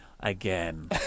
Again